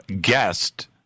guest